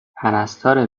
پرستاره